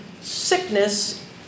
sickness